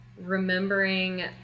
remembering